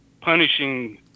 punishing